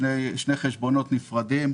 שני חשבונות נפרדים,